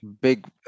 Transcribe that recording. big